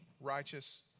righteous